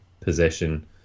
possession